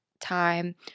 time